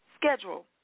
schedule